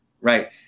Right